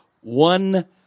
one